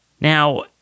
Now